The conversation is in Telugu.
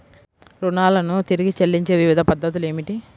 రుణాలను తిరిగి చెల్లించే వివిధ పద్ధతులు ఏమిటి?